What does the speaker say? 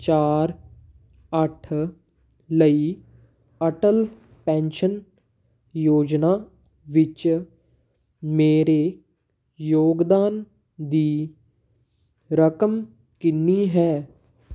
ਚਾਰ ਅੱਠ ਲਈ ਅਟਲ ਪੈਨਸ਼ਨ ਯੋਜਨਾ ਵਿੱਚ ਮੇਰੇ ਯੋਗਦਾਨ ਦੀ ਰਕਮ ਕਿੰਨੀ ਹੈ